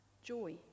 joy